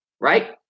Right